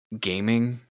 gaming